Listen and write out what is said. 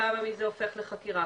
כמה מזה הופך לחקירה?